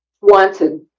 wanted